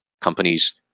companies